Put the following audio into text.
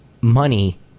money